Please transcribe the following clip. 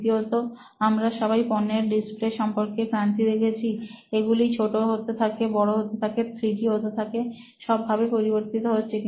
দ্বিতীয়তঃ আমরা সবাই পণ্যের ডিসপ্লে সম্পর্কে ক্রান্তি দেখেছি এগুলো ছোট হতে থাকে বড় হতে থাকে থ্রিডি হতে থাকে সব ভাবে পরিবর্তিত হচ্ছে